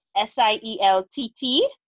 S-I-E-L-T-T